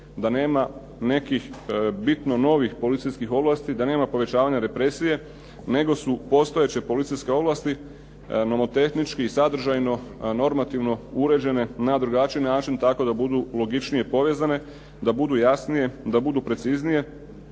da nema nekih bitno novih policijskih ovlasti, da nema povećavanja represije, nego su postojeće policijske ovlasti nomotehnički i sadržajno, normativno uređene na drugačiji način tako da budu logičnije povezane, da budu jasnije, da budu preciznije